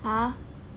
ah